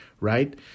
right